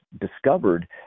discovered